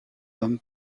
homme